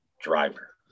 driver